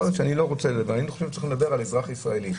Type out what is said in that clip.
אני חושב שצריך לדבר על אזרח ישראלי.